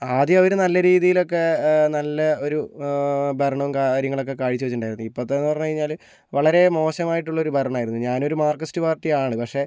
ആദ്യം അവർ നല്ല രീതിയിലൊക്കെ നല്ല ഒരു ഭരണവും കാര്യങ്ങളൊക്കെ കാഴ്ചവെച്ചിട്ടുണ്ടായിരുന്നു ഇപ്പോഴത്തതെന്ന് പറഞ്ഞു കഴിഞ്ഞാൽ വളരേ മോശമായിട്ടുള്ളൊരു ഭരണമായിരുന്നു ഞാനൊരു മാർകിസ്റ്റ് പാർട്ടി ആണ് പക്ഷെ